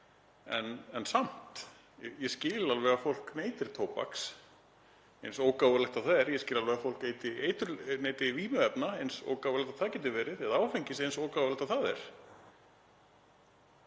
en samt, ég skil alveg að fólk neyti tóbaks eins ógáfulegt og það er. Ég skil alveg að fólk neyti vímuefna eins og ógáfulegt og það getur verið eða áfengis, eins ógáfulegt og það er.